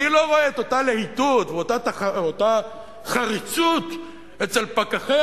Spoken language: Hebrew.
אני לא רואה את אותה להיטות ואותה חריצות אצל פקחי